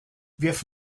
wirf